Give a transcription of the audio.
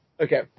Okay